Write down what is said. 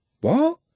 What